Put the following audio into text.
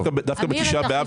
דווקא ב-ט' באב,